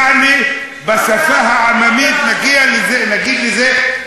אני אמרתי "אנחנו בעד מאבק עממי ציבורי" תגנה את זה,